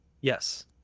Yes